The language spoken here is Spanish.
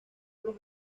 los